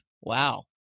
Wow